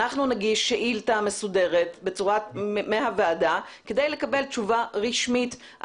אנחנו נגיש שאילתה מסודרת מהוועדה כדי לקבל תשובה רשמית.